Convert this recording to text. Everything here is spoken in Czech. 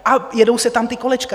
A jedou se tam ta kolečka.